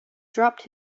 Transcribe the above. dropped